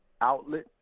outlet